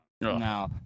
No